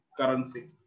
currency